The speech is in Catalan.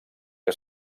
que